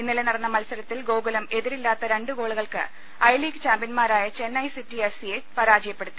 ഇന്നലെ നടന്ന് മത്സരത്തിൽ ഗോകുലം എതിരില്ലാത്ത രണ്ട് ഗോളുകൾക്ക് ഐ ലീഗ് ചാംപ്യൻമാരായ ചെന്നൈ സിറ്റി എഫ് സി യെ പരാജയപ്പെടുത്തി